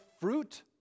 fruit